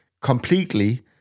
completely